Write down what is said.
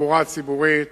והתחבורה הציבורית,